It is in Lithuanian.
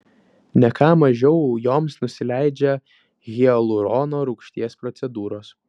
ne ką mažiau joms nusileidžia hialurono rūgšties procedūros